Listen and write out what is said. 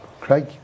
Craig